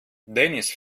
dennis